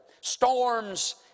Storms